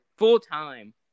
Full-time